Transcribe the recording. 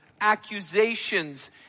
accusations